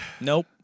Nope